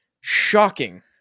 shocking